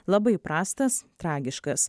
labai prastas tragiškas